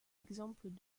exemples